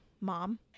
Mom